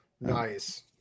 nice